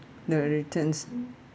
the returns